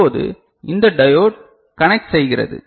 இப்போது இந்த diode conduct செய்கிறது